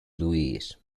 louis